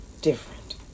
different